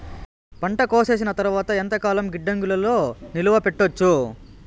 పంట కోసేసిన తర్వాత ఎంతకాలం గిడ్డంగులలో నిలువ పెట్టొచ్చు?